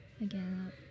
Again